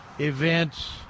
events